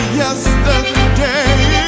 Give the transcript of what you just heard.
yesterday